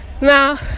now